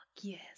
yes